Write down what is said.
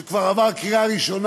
שזה כבר עבר קריאה ראשונה,